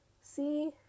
See